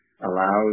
allows